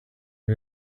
who